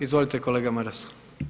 Izvolite kolega Maras.